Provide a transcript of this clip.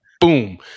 boom